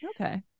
Okay